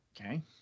okay